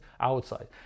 outside